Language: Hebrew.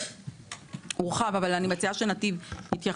אני מציעה שנתיב יתייחסו.